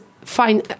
fine